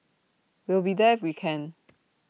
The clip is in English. we'll be there if we can